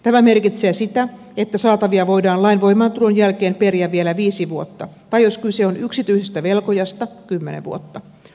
tämä merkitsee sitä että saatavia voidaan lain voimaantulon jälkeen periä vielä viisi vuotta tai jos kyse on yksityisestä velkojasta kymmenen vuotta